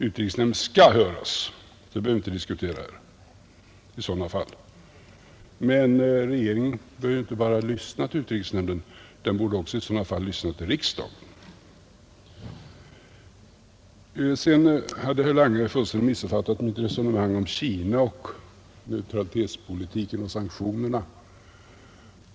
Utrikesnämnden skall höras: det behöver inte diskuteras i sådana fall. Men regeringen behöver inte bara lyssna till utrikesnämnden, den borde i sådana fall också lyssna till riksdagen. Sedan hade herr Lange fullständigt missuppfattat mitt resonemang om Kina, neutralitetspolitiken och sanktionerna.